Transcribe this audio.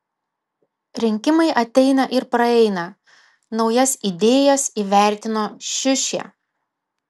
rinkimai ateina ir praeina naujas idėjas įvertino šiušė